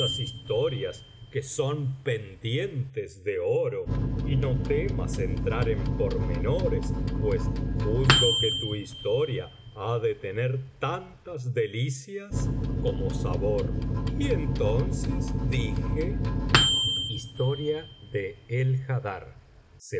historias que son pendientes de oro y no temas entrar en pormenores pues juzgo que tu historia ha detener tantas delicias como sabor y entonces dije historia de